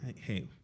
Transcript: Hey